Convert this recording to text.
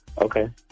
Okay